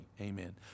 Amen